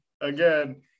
again